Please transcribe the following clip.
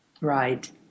Right